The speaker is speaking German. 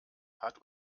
hat